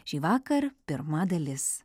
šįvakar pirma dalis